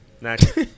next